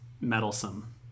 meddlesome